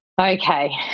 Okay